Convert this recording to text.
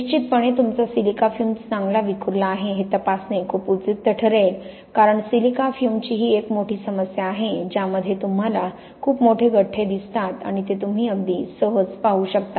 निश्चितपणे तुमचा silica fume चांगला विखुरला आहे हे तपासणे खूप उपयुक्त ठरेल कारण सिलिका फ्युमची ही एक मोठी समस्या आहे ज्यामध्ये तुम्हाला खूप मोठे गठ्ठे दिसतात आणि ते तुम्ही अगदी सहज पाहू शकता